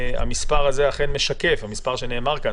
המספר הזה אכן משקף המספר שנאמר כאן,